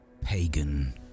pagan